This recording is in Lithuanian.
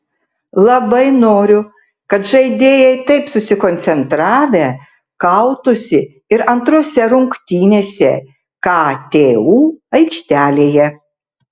labai noriu kad žaidėjai taip susikoncentravę kautųsi ir antrose rungtynėse ktu aikštelėje